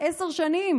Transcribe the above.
עשר שנים